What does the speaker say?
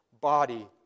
body